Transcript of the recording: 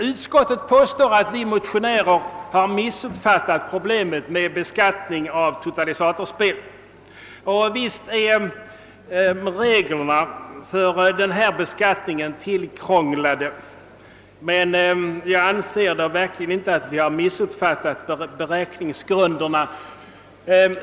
Utskottet påstår att vi motionärer har missuppfattat problemen med beskattning av totalisatorspel. Visst är reglerna tillkrånglade, men jag anser verkligen inte att vi har missuppfattat beräkningsgrunderna.